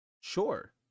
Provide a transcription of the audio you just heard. Sure